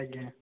ଆଜ୍ଞା